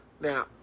now